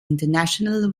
international